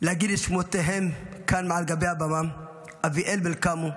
להגיד את שמותיהם כאן מעל גבי הבמה: אביאל מלקמו,